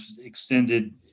extended